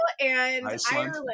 Iceland